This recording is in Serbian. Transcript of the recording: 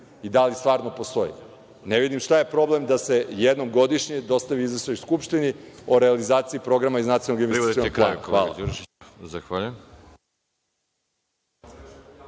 i da li stvarno postoji. Ne vidim šta je problem da se jednom godišnje dostavi izveštaj Skupštini o realizaciji programa iz Nacionalnog